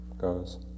goes